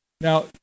Now